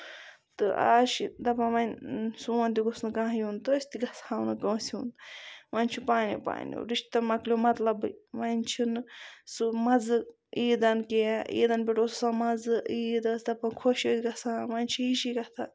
تہٕ آز چھِ دَپان وۄنۍ سون تہ گوٚژھ نہٕ کانہہ یُن تہٕ أسۍ تہِ گژھو نہٕ کٲنسہِ ہُند وۄنۍ چھُ پانیو پانیو رِشتہٕ مۄکلیو مطلَبٕے وۄنۍ چھُنہٕ سُہ مَزٕ عیٖدَن کیٚنہہ عیٖدَن پٮ۪ٹھ اوس آسان مَزٕ عیٖد ٲسۍ دَپان خۄش ٲسۍ گژھان وۄنۍ چھِ ہِشی کَتھا